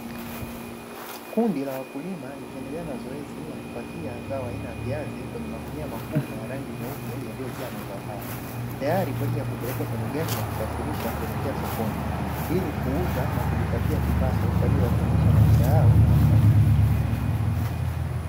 Kundi la wakulima likiendelea na zoezi ya kupakia zao aina ya viazi kwenye magunia makubwa ya rangi nyeupe yaliyojaa mazao hayo, tayari kwa ajili ya kupeleka kwenye gari na kusafirisha kuelekea sokoni ilikuuza na kujipatia kipato kwa ajili ya kuendesha maisha yao na ya familia.